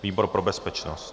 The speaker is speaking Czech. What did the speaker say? Výbor pro bezpečnost.